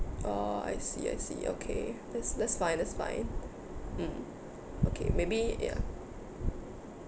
orh I see I see okay that's that's fine that's fine mm okay maybe ya